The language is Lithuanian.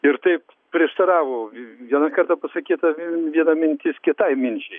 ir taip prieštaravo viena kada pasakyta viena mintis kitai minčiai